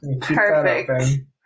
Perfect